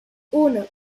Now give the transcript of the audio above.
uno